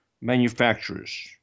manufacturers